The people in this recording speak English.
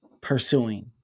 pursuing